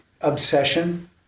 obsession